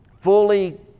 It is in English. fully